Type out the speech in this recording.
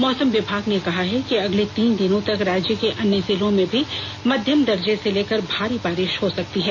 मौसम विभाग ने कहा है कि अगले तीन दिनों तक राज्य के अन्य जिलों में भी मध्यम दर्ज से लेकर भारी बारिष हो सकती है